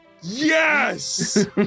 Yes